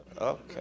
Okay